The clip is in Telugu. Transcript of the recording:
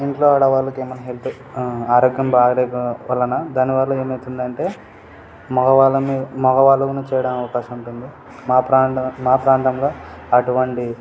ఇంట్లో ఆడవాళ్ళకి ఏమైనా హెల్త్ ఆరోగ్యం బాగోలేక వలన దానివల్ల ఏమౌతుందంటే మగవాళ్ళము మగవాళ్ళము చేయడం అవకాశం ఉంటుంది మా ప్రాంతం మా ప్రాంతంలో అటువంటి